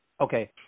okay